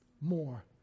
more